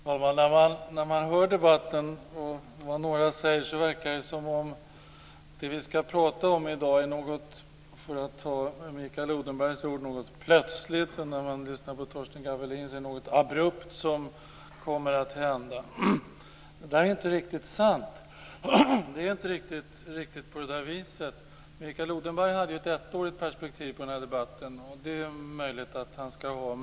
Herr talman! När man hör debatten och vad några här säger, verkar det som om det vi skall prata om i dag är, för att använda Mikael Odenbergs ord, något plötsligt. Enligt Torsten Gavelin är det något abrupt som kommer att hända. Det är inte riktigt sant. Det är inte riktig på det viset. Mikael Odenberg hade ett ettårigt perspektiv på den här debatten. Det är möjligt att han skall ha det.